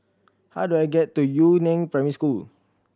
how do I get to Yu Neng Primary School